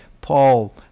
Paul